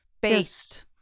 based